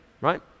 Right